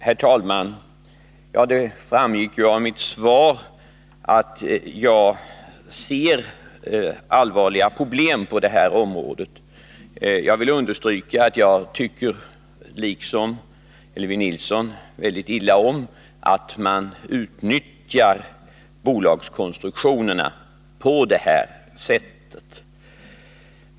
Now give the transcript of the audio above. Herr talman! Det framgick av mitt svar att jag ser allvarliga problem på detta område. Jag vill understryka att jag liksom Elvy Nilsson tycker väldigt illa om att man utnyttjar bolagskonstruktionerna på detta sätt.